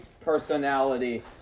personality